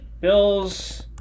Bills